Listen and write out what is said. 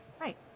Right